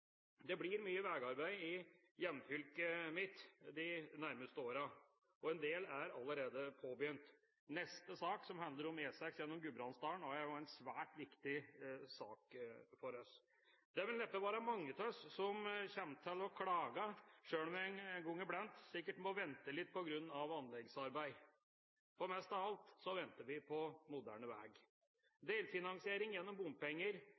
Det blir mye veiarbeid i hjemfylket mitt de nærmeste årene, og en del er allerede påbegynt. Neste sak, som handler om E6 gjennom Gudbrandsdalen, er også en svært viktig sak for oss. Det vil neppe være mange av oss som kommer til å klage, sjøl om vi en gang iblant sikkert må vente litt på grunn av anleggsarbeid. For mest av alt venter vi på moderne vei. Delfinansiering gjennom bompenger,